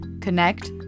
connect